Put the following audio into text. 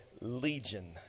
Legion